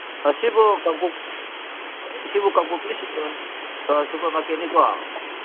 ꯃꯁꯤꯕꯨ ꯃꯁꯤꯕꯨ ꯀꯥꯡꯄꯣꯛꯄꯤ ꯁꯨꯄꯔ ꯃꯥꯔꯀꯦꯠꯅꯤꯀꯣ